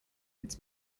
its